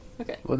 Okay